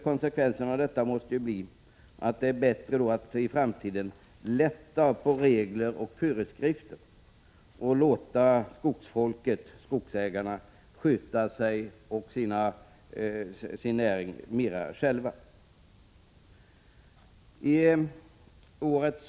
Konsekvensen måste bli att det i framtiden är bättre att lätta på regler och föreskrifter och låta skogsägarna sköta sin näring mer självständigt.